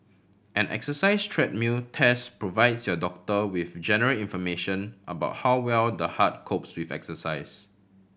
an exercise treadmill test provides your doctor with general information about how well the heart copes with exercise